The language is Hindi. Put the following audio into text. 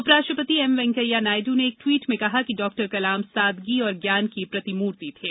उपराष्ट्रपति एम वैंकैया नायडू ने एक ट्वीट में कहा कि डॉ कलाम सादगी और ज्ञान की प्रतिमूर्ति थे